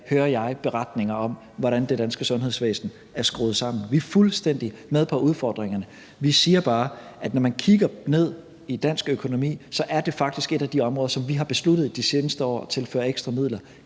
hører jeg beretninger om, hvordan det danske sundhedsvæsen er skruet sammen. Vi er fuldstændig med på udfordringerne. Vi siger bare, at når man kigger ned i dansk økonomi, ser man, at det faktisk er et af de områder, som vi har besluttet i de seneste år at tilføre ekstra midler.